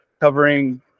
covering